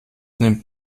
nimmt